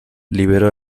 liberó